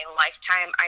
lifetime